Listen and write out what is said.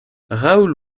raoul